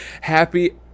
happy